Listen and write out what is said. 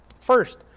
First